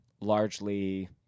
largely